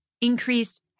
increased